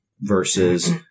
versus